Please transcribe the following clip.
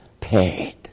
paid